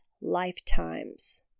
Lifetimes